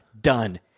Done